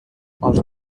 als